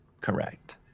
correct